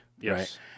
Yes